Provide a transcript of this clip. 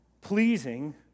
pleasing